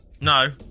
No